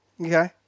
Okay